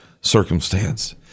circumstance